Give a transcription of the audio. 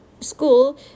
school